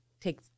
take